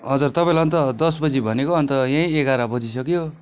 हजुर तपाईँलाई अन्त दसबजे भनेको अन्त यहीँ एघार बजिसक्यो